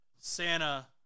Santa